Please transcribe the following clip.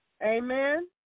Amen